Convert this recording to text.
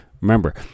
remember